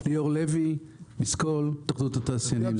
ליאור לוי מסקול התאחדות התעשיינים.